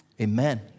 amen